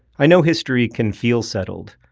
i know history can feel settled,